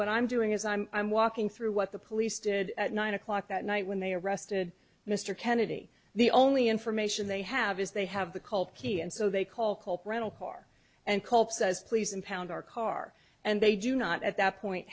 what i'm doing is i'm i'm walking through what the police did at nine o'clock that night when they arrested mr kennedy the only in from a and they have is they have the culpeper and so they call culp rental car and colp says please impound our car and they do not at that point